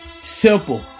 simple